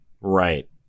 Right